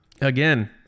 again